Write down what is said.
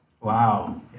Wow